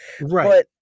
Right